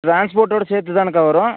ட்ரான்ஸ்போர்ட்டோடு சேர்த்து தானக்கா வரும்